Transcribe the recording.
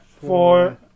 four